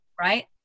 right